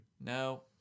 No